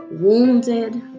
wounded